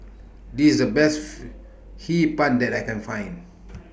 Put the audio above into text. This IS The Best Hee Pan that I Can Find